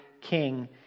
king